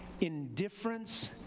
indifference